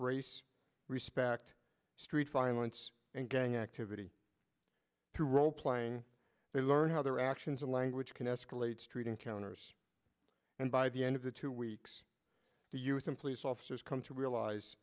race respect street violence and gang activity to role playing they learn how their actions and language can escalate street encounters and by the end of the two weeks the youth employees officers come to realize